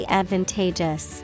advantageous